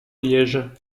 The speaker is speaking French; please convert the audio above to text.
liège